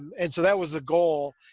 and so that was the goal.